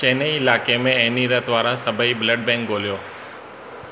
चेन्नई इलाइक़े में एनी रत वारा सभई ब्लड बैंक ॻोल्हियो